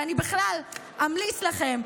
ואני בכלל אמליץ לכם,